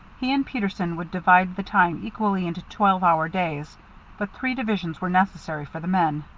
he and peterson would divide the time equally into twelve-hour days but three divisions were necessary for the men,